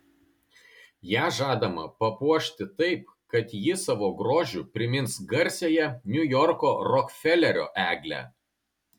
ją žadama papuošti taip kad ji savo grožiu primins garsiąją niujorko rokfelerio eglę